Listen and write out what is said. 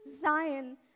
Zion